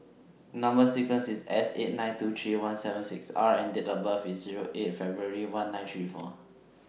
Number sequence IS S eight nine two three one seven six R and Date of birth IS Zero eight February one nine three four